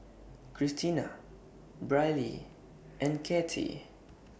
Kristina Brylee and Kattie